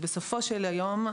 בסופו של יום,